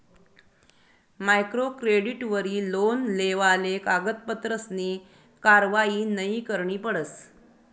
micro क्रेडिटवरी loan लेवाले कागदपत्रसनी कारवायी नयी करणी पडस